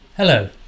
Hello